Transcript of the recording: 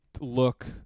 look